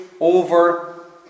over